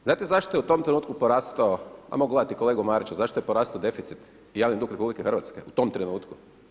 Znate zašto je u tom trenutku porastao, ajmo gledati kolegu Marića, zašto je porastao deficit, javni dug RH u tom trenutku?